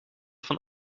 van